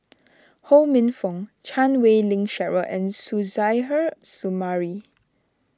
Ho Minfong Chan Wei Ling Cheryl and Suzairhe Sumari